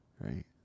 right